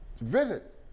visit